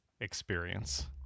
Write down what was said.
experience